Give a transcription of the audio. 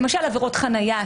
למשל עבירות חניה,